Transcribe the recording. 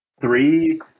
three